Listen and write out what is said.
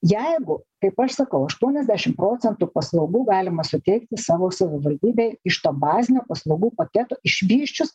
jeigu kaip aš sakau aštuoniasdešim procentų paslaugų galima suteikti savo savivaldybėj iš to bazinio paslaugų paketo išvysčius